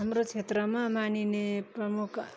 हाम्रो क्षेत्रमा मानिने प्रमुख